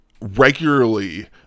regularly